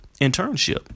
internship